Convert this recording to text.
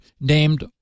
named